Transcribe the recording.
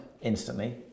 instantly